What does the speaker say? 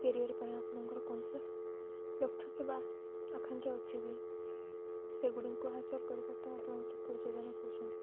carrier ପାଇଁ ଆପଣଙ୍କର କୌଣ ଲକ୍ଷ୍ୟ କିବା ଆକାଂକ୍ଷା ଅଛି କିି ସେଗୁଡ଼ିକୁ ହାସଲ କରିବା ପାଇଁ ଆପଣ କିପରି ଯୋଜନା କରୁଛନ୍ତି